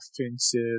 offensive